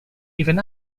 even